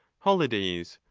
holidays,